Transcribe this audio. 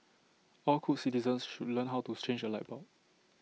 all good citizens should learn how to change A light bulb